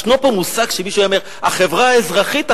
ישנו פה מושג שמישהו היה אומר "החברה האזרחית",